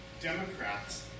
Democrats